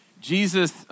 Jesus